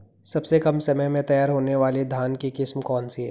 सबसे कम समय में तैयार होने वाली धान की किस्म कौन सी है?